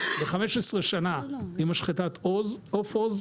ל-15 שנה עם משחטת עוף עוז,